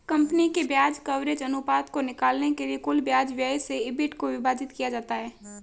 company के ब्याज coverage अनुपात को निकालने के लिए कुल ब्याज व्यय से ईबिट को विभाजित किया जाता है